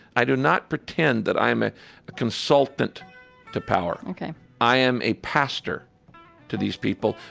i do not pretend that i am a a consultant to power ok i am a pastor to these people,